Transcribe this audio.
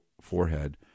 forehead